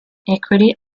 equity